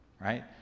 right